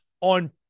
on